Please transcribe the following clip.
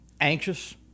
anxious